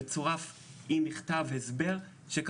כל הכבוד.